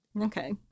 Okay